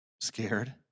Scared